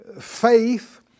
Faith